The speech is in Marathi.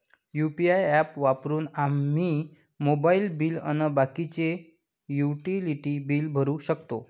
यू.पी.आय ॲप वापरून आम्ही मोबाईल बिल अन बाकीचे युटिलिटी बिल भरू शकतो